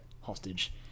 hostage